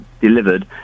delivered